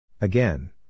Again